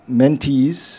mentees